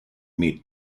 meet